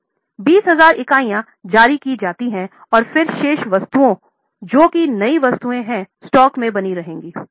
20000 इकाइयाँ जारी की जाती हैं और फिर शेष वस्तुएँ जो कि नई वस्तुएँ हैं स्टॉक में बनी रहेंगी